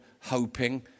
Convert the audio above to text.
hoping